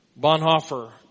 Bonhoeffer